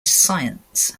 science